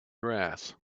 grass